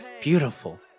beautiful